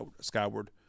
skyward